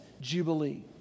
Jubilee